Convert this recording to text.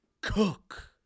Cook